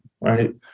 right